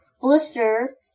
Blister